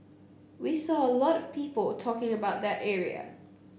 we saw a lot of people talking about that area